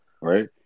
right